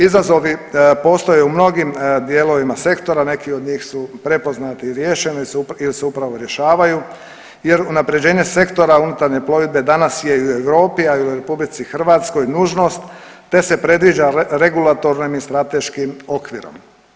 Izazovi postoje u mnogih dijelovima sektora, neki od njih su prepoznati i riješeni ili se upravo rješavaju jer unaprjeđenje sektora unutarnje plovidbe danas je i u Europi i u RH nužnost te se predviđa regulatornim i strateškim okvirom.